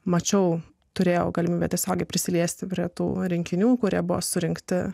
mačiau turėjau galimybę tiesiogiai prisiliesti prie tų rinkinių kurie buvo surinkti